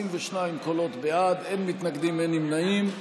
22 קולות בעד, אין מתנגדים, אין נמנעים.